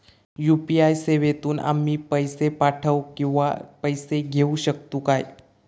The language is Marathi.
यू.पी.आय सेवेतून आम्ही पैसे पाठव किंवा पैसे घेऊ शकतू काय?